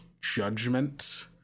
judgment